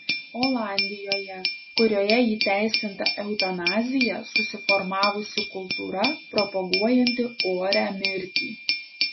olandijoje kurioje įteisinta eutanazija susiformavusi kultūra propaguojanti orią mirtį